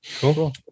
Cool